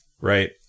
right